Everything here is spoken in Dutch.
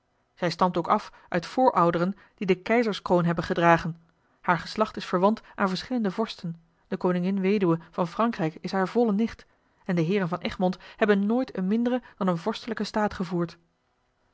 zij stamt ook af uit voorouderen die de keizerskroon hebben gedragen haar geslacht is verwant aan verschillende vorsten de koningin weduwe van rankrijk is hare volle nicht en de heeren van egmond hebben nooit een minderen dan een vorstelijken staat gevoerd